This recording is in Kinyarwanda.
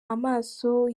amaso